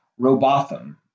Robotham